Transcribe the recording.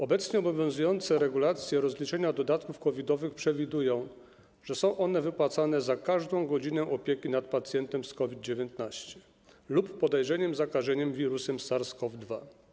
Obecnie obowiązujące regulacje dotyczące rozliczania dodatków COVID-owych przewidują, że są one wypłacane za każdą godzinę opieki nad pacjentem z COVID-19 lub podejrzeniem zakażenia wirusem SARS-CoV-2.